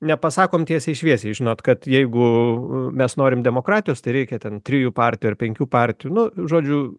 nepasakom tiesiai šviesiai žinot kad jeigu mes norim demokratijos tai reikia ten trijų partijų ar penkių partijų nu žodžiu